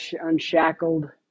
Unshackled